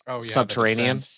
subterranean